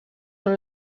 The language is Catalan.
són